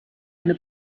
eine